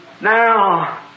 Now